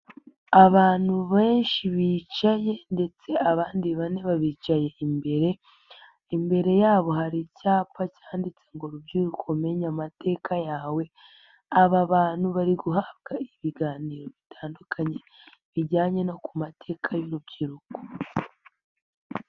Abantu benshi bicaye ndetse abandi bane babicaye imbere, imbere yabo hari icyapa cyanditse ngo rubyiruko menya amateka yawe, aba bantu bari guhabwa ibiganiro bitandukanye bijyanye no ku mateka y'urubyiruko.